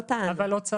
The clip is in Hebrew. אבל לא טענו את זה.